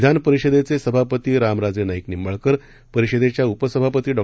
विधान परिषेदेचे सभापती रामराजे नाईक निंबाळकर परिषदेच्या उपसभापती डॉ